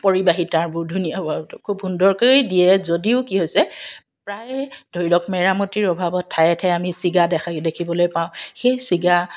পৰিবাহীকাবোৰ ধুনীয়া খুব সুন্দৰকৈ দিয়ে যদিও কি হৈছে প্ৰায় ধৰি লওক মেৰামতিৰ অভাৱত ঠায়ে ঠায়ে আমি ছিগা দেখা দেখিবলৈ পাওঁ সেই ছিগা